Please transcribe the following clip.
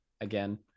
again